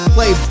Play